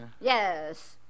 Yes